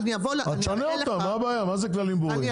אז תשנה אותם מה הבעיה מה זה כללים ברורים?